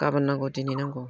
गाबोन नांगौ दिनै नांगौ